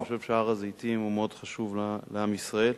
אני חושב שהר-הזיתים הוא מאוד חשוב לעם ישראל.